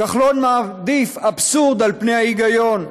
כחלון מעדיף אבסורד על פני ההיגיון.